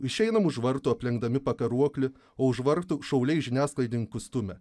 išeinam už vartų aplenkdami pakaruoklį o už vartų šauliai žiniasklaidininkus stumia